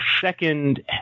second